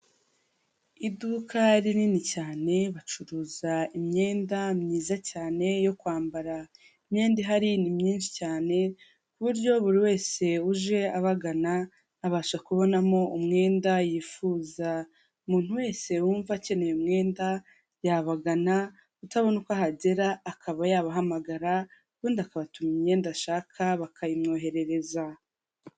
Iduka rinini cyane bacuruza imyenda myiza cyane yo kwambara imyenda ihari ni myinshi cyane ku buryo buri wese uje abagana abasha kubonamo umwenda yifuza umuntu wese wumva akeneye umwenda yabagana utabona uko ahagera akaba yabahamagara ubundi akabatuma imyenda ashaka bakayimwoherereza.